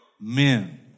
men